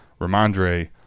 Ramondre